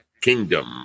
Kingdom